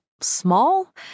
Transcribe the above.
small